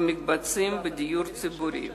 במקבצים ובדיור ציבורי.